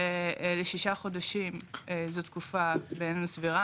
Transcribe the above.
<< דובר_המשך >> מ': שישה חודשים זו תקופה סבירה,